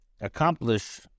Accomplish